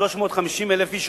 350,000 איש,